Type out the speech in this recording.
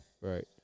Right